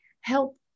help